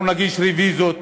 אנחנו נגיש רוויזיות,